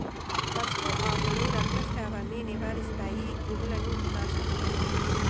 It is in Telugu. పసుపు ఆకులు రక్తస్రావాన్ని నివారిస్తాయి, క్రిములను నాశనం చేస్తాయి